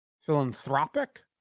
philanthropic